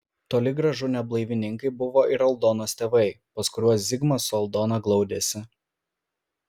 toli gražu ne blaivininkai buvo ir aldonos tėvai pas kuriuos zigmas su aldona glaudėsi